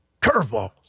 Curveballs